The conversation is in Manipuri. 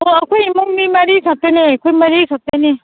ꯑꯣ ꯑꯩꯈꯣꯏ ꯏꯃꯨꯡ ꯃꯤ ꯃꯔꯤ ꯈꯛꯇꯅꯦ ꯑꯩꯈꯣꯏ ꯃꯔꯤ ꯈꯛꯇꯅꯤ